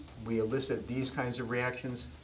we elicit these kinds of reactions.